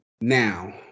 Now